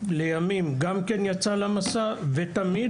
לימים גם כן יצאה למסע ותמיד